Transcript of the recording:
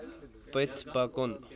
پٔتھۍ پکُن